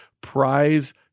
prize